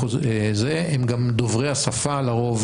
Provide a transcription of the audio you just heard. הם גם דוברי השפה לרוב,